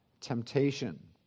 temptation